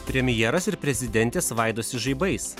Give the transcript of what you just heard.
premjeras ir prezidentė svaidosi žaibais